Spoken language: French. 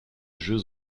jeux